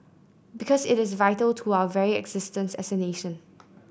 because it is vital to our very existence as a nation